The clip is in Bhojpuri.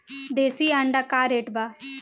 देशी अंडा का रेट बा?